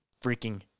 freaking